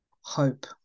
hope